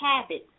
habits